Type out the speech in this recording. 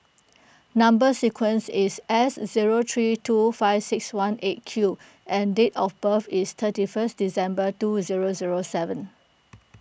Number Sequence is S zero three two five six one eight Q and date of birth is thirty first December two zero zero seven